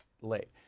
late